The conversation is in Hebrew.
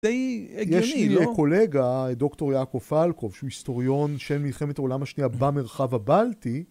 די הגיוני, לא? יש לי קולגה, דוקטור יעקב פלקוב, שהוא היסטוריון של מלחמת העולם השנייה במרחב הבלטי.